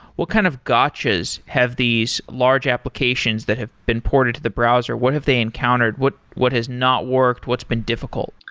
what kind of gotchas have these large applications that have been ported to the browser, what have they encountered? what what has not worked? what's been difficult?